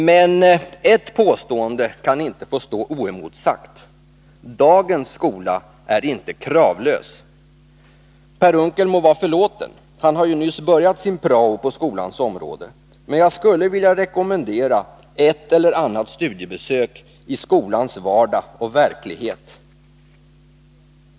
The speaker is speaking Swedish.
Men ett påstående av honom kan inte få stå oemotsagt: Dagens skola är inte kravlös. Per Unckel må vara förlåten — han har ju nyss börjat sin prao på skolans område — men jag skulle vilja rekommendera ett eller annat studiebesök i skolans vardag och verklighet.